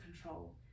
control